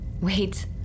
Wait